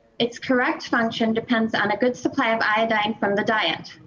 its correct function depends on a good supply of iodine from the diet.